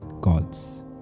god's